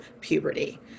puberty